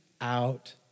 out